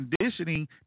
conditioning